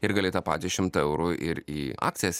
ir gali tą patį šimtą eurų ir į akcijas